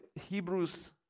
Hebrews